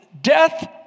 Death